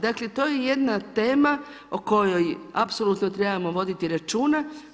Dakle, to je jedna tema o kojoj apsolutno trebamo voditi računa.